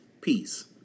peace